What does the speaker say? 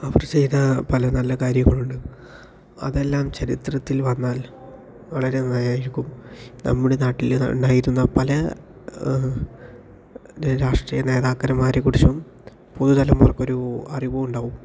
അവർ ചെയ്ത പല നല്ല കാര്യങ്ങളുണ്ട് അതെല്ലാം ചരിത്രത്തിൽ വന്നാൽ വളരെ നന്നായിരിക്കും നമ്മുടെ നാട്ടിൽ ഉണ്ടായിരുന്ന പല രാഷ്ട്രീയ നേതാക്കന്മാരെക്കുറിച്ചും പുതുതലമുറക്ക് ഒരു അറിവും ഉണ്ടാവും